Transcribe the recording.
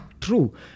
True